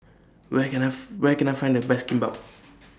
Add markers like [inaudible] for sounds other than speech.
Where Can I [noise] Where Can I Find The Best Kimbap